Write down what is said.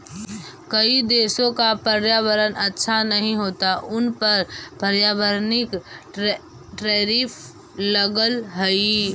कई देशों का पर्यावरण अच्छा नहीं होता उन पर पर्यावरणिक टैरिफ लगअ हई